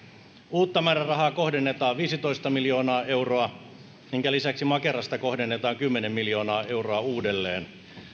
uutta määrärahaa kohdennetaan viisitoista miljoonaa euroa minkä lisäksi makerasta kohdennetaan kymmenen miljoonaa euroa uudelleen